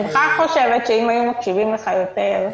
אני בכלל חושבת שאם היו מקשיבים לך יותר,